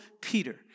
Peter